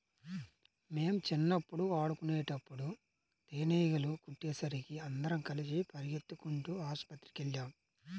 మేం చిన్నప్పుడు ఆడుకునేటప్పుడు తేనీగలు కుట్టేసరికి అందరం కలిసి పెరిగెత్తుకుంటూ ఆస్పత్రికెళ్ళాం